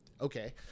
okay